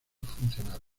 funcionales